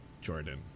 Jordan